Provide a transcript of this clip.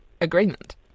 agreement